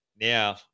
now